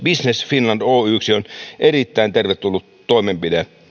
business finland oyksi on erittäin tervetullut toimenpide